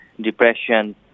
depression